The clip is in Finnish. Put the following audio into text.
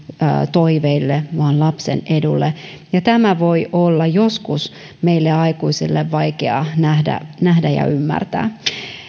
toiveille vaan lapsen edulle ja tämä voi olla joskus meille aikuisille vaikeaa nähdä nähdä ja ymmärtää